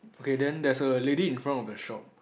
okay then there's a lady in front of the shop